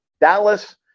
Dallas